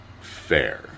fair